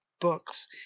books